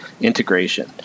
integration